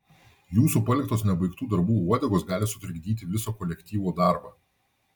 jūsų paliktos nebaigtų darbų uodegos gali sutrikdyti viso kolektyvo darbą